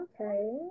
Okay